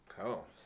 Cool